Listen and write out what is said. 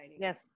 yes